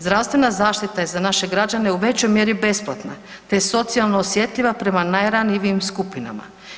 Zdravstvena zaštita je za naše građane u većoj mjeri besplatna, te je socijalno osjetljiva prema najranjivijim skupinama.